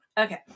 Okay